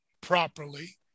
properly